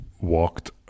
walked